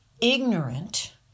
ignorant